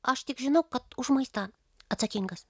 aš tik žinau kad už maistą atsakingas